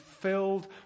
filled